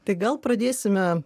tai gal pradėsime